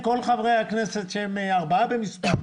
שהם ארבעה במספר,